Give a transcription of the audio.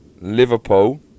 Liverpool